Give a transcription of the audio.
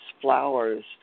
flowers